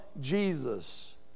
Jesus